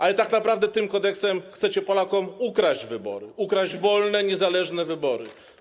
Ale tak naprawdę tym kodeksem chcecie Polakom ukraść wybory, ukraść wolne, niezależne wybory.